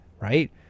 Right